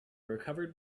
recovered